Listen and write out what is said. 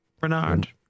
Bernard